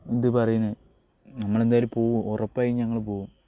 ഇത് പറയുന്നത് നമ്മൾ എന്തായാലും പോവും ഉറപ്പായും ഞങ്ങൾ പോവും